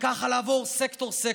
וככה לעבור סקטור-סקטור.